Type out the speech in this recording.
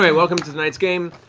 welcome to tonight's game.